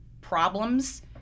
problems